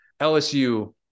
LSU